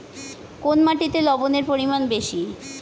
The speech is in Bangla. কোন মাটিতে লবণের পরিমাণ বেশি?